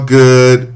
good